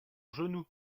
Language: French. genou